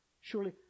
surely